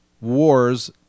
wars